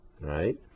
right